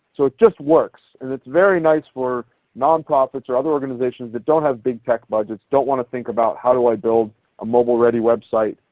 so it just works. and it's very nice for nonprofits or other organizations that don't have big tech budgets, don't want to think about how i build a mobile ready website,